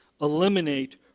eliminate